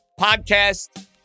podcast